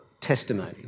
testimony